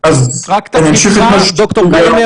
יש לך צורך היום בכלי?